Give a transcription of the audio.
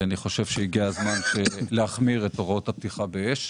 אני חושב שהגיע הזמן להחמיר את הוראות הפתיחה באש.